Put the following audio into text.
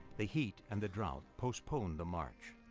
the heat and the drought postponed the march.